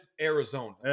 Arizona